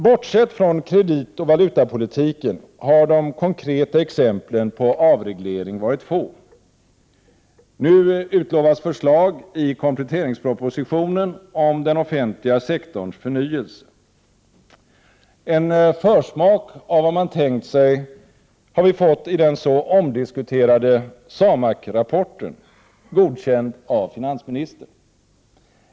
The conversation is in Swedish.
Bortsett från kreditoch valutapolitiken har de konkreta exemplen på avreglering varit få. Nu utlovas förslag i kompletteringspropositionen om den offentliga sektorns förnyelse. En försmak av vad man tänkt sig har vi fått i den så omdiskuterade SAMAK-rapporten, godkänd av finansministern.